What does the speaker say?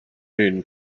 moon